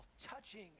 touching